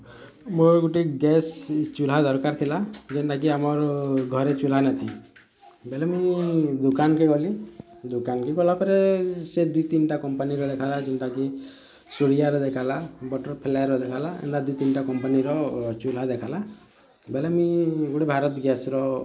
ମୋର୍ ଗୁଟେ ଗ୍ୟାସ୍ ଚୁଲ୍ଲା ଦର୍କାର୍ ଥିଲା ଯେନ୍ତା କି ଘରେ ଚୁଲା ନାହିଁ ଥି ବେଲେ ମୁଇଁ ଦୁକାନକେ ଗଲି ଦୁକାନକେ ଗଲା ପରେ ସେ ଦି ତିନିଣ୍ଟା କମ୍ପାନୀର ଦେଖାଲା ଯଉଟା କି ସୁରିଆର ଦେଖାଲା ବଟର୍ଫ୍ଲାଏର୍ ଦେଖାଲା ଏନ୍ତା ଦି ତିନଣ୍ଟା କମ୍ପାନୀର ଚୁହ୍ଲା ଦେଖାଲା ବେଲେ ମି ଭାରତ ଗ୍ୟାସ୍ର